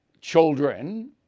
children